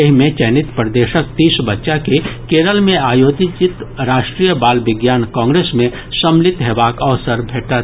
एहि मे चयनित प्रदेशक तीस बच्चा के केरल मे आयोजित राष्ट्रीय बाल विज्ञान कांग्रेस मे सम्मिलित हेबाक अवसर भेटत